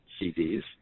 CD's